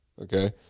okay